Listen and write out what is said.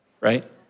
right